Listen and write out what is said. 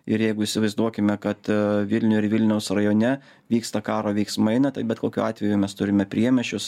ir jeigu įsivaizduokime kad vilniuj ir vilniaus rajone vyksta karo veiksmai na tai bet kokiu atveju mes turime priemiesčius